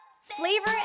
Flavor